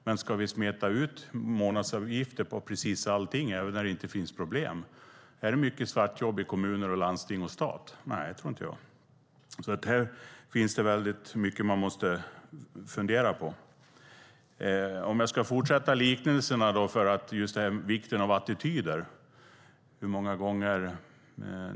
Men ska vi smeta ut månadsuppgifter på precis allting, även när det inte finns problem? Är det mycket svartjobb i kommuner, landsting och stat? Nej, det tror inte jag. Här finns det alltså mycket som man måste fundera på. Jag ska fortsätta med liknelserna just när det gäller vikten av attityder.